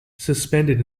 suspended